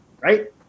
Right